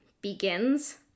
begins